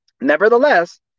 Nevertheless